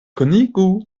konigu